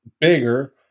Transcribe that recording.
bigger